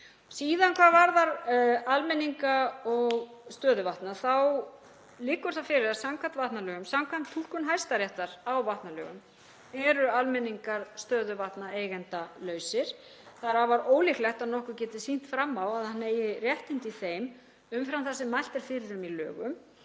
Síðan hvað varðar almenninga stöðuvatna þá liggur það fyrir að samkvæmt vatnalögum, samkvæmt túlkun Hæstaréttar á vatnalögum, eru almenningar stöðuvatna eigendalausir. Það er afar ólíklegt að nokkuð geti sýnt fram á að hann eigi réttindi í þeim umfram það sem mælt er fyrir um í lögum.